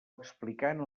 explicant